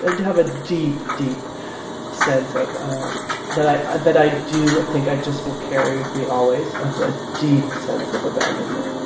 and have a deep, deep sense of that i that i do think i just will carry with me always of a deep sense of abandonment